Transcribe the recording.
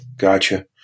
Gotcha